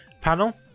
panel